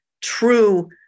true